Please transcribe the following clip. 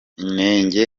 inenge